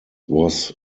was